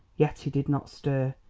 yet he did not stir.